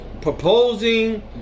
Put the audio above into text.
proposing